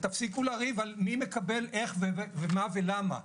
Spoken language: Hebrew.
תפסיקו לריב על מי מקבל איך ומה ולמה.